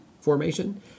formation